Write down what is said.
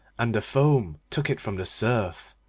and the foam took it from the surf,